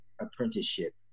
apprenticeship